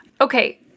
Okay